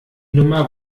nummer